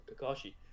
Kakashi